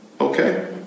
Okay